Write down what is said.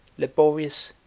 laborious,